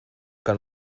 que